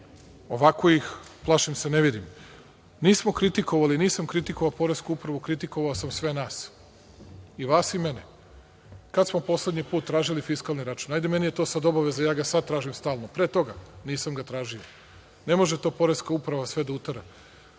Ovako ih, plašim se, ne vidim. Nismo kritikovali, nisam kritikovao Poresku upravu, kritikovao sam sve nas, i vas i mene. Kada smo poslednji put tražili fiskalni račun. Hajde, meni je to sada obaveza, ja ga sad tražim stalno. Pre toga, nisam ga tražio. Ne može to Poreska uprava sve da utera.